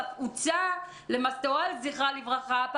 ואף הוצע למסטוואל זכרה לברכה,